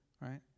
right